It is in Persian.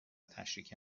تشریک